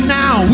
now